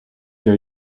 your